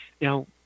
Now